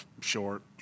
short